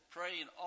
Praying